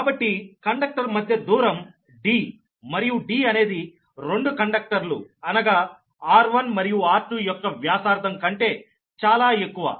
కాబట్టి కండక్టర్ మధ్య దూరం D మరియు D అనేది 2 కండక్టర్లు అనగా r1 మరియు r2 యొక్క వ్యాసార్థం కంటే చాలా ఎక్కువ